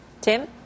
Tim